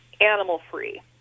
animal-free